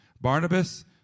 Barnabas